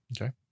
Okay